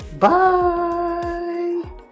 Bye